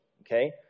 Okay